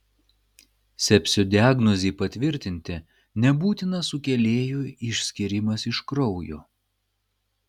sepsio diagnozei patvirtinti nebūtinas sukėlėjų išskyrimas iš kraujo